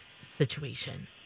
situation